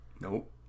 Nope